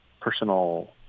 personal